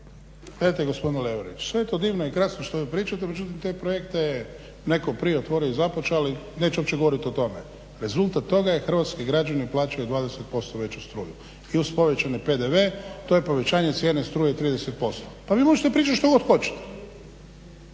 hrvatski građani plaćaju 20% veću struju. I uz povećani PDV to je povećanje cijene struje 30%. Pa vi možete pričati što god hoćete.